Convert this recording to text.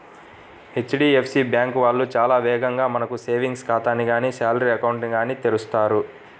HDFC bank వాళ్ళు చాలా వేగంగా మనకు సేవింగ్స్ ఖాతాని గానీ శాలరీ అకౌంట్ ని గానీ తెరుస్తారు